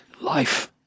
life